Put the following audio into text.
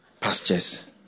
pastures